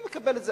אני מקבל את זה.